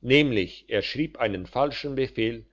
nämlich er schrieb einen falschen befehl